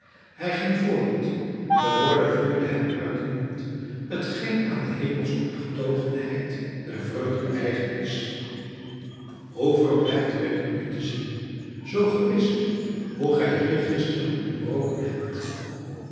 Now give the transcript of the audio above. hij ging voort de woorden vloeiden hem uit den mond t geen aan de hemelsche opgetogenheid der vreugd eigen is hoe verblijd ben ik u te zien zoo ge wist hoe gij hier gisteren ontbroken hebt